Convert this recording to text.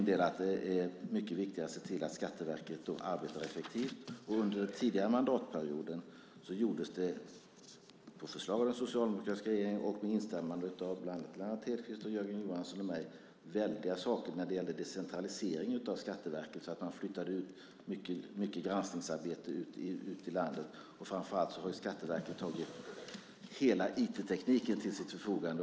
Det är viktigare att se till att Skatteverket arbetar effektivt. Under den tidigare mandatperioden gjordes på förslag av den socialdemokratiska regeringen och med instämmande av bland andra Lennart Hedquist, Jörgen Johansson och mig väldiga saker när det gäller decentralisering av Skatteverket. Mycket granskningsarbete flyttades ut i landet. Framför allt har Skatteverket tagit hela informationstekniken till sitt förfogande.